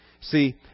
See